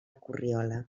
corriola